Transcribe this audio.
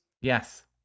Yes